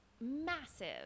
massive